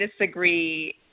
disagree